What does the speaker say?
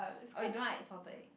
oh you don't like salted egg